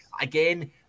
Again